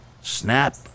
snap